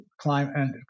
climate